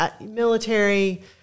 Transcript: military